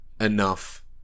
enough